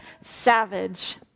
Savage